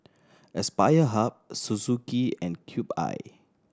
Aspire Hub Suzuki and Cube I